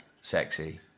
sexy